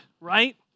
right